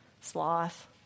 sloth